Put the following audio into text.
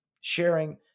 sharing